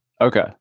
Okay